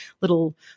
little